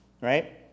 right